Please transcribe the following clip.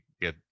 get